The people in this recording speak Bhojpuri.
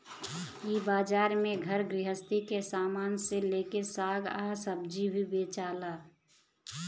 इ बाजार में घर गृहस्थी के सामान से लेके साग आ सब्जी भी बेचाला